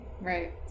Right